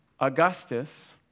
Augustus